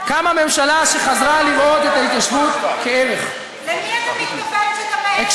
אני רוצה לדעת למי אתה מתכוון.